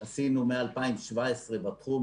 עשינו מ-2017 בתחום,